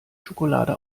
schokolade